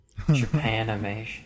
Japanimation